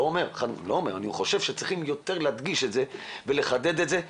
לא האשמתי אותך בזה שאתה הולך נגד הציבור החרדי.